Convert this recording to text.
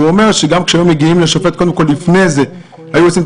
ואומר שגם כשהיו מגיעים לשופט היו עושים לפני את הבדיקה,